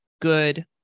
good